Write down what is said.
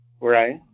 Right